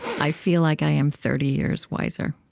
i feel like i am thirty years wiser.